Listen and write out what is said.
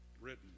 written